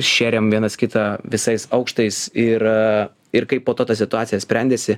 šėrėm vienas kitą visais aukštais ir ir kaip po to ta situacija sprendėsi